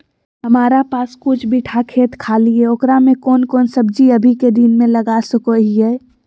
हमारा पास कुछ बिठा खेत खाली है ओकरा में कौन कौन सब्जी अभी के दिन में लगा सको हियय?